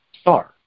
star